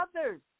others